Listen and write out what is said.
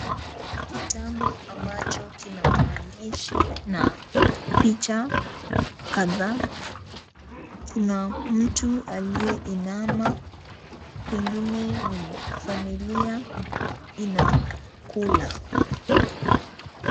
Kitabu ambacho kina maandishi na picha kadhaa. Kuna mtu aliyeinama, kwingine ni familia inakula.